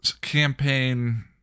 campaign